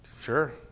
Sure